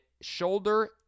shoulder